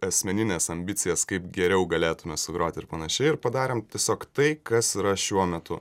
asmenines ambicijas kaip geriau galėtume sugroti ir panašiai ir padarėm tiesiog tai kas šiuo metu